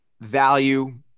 value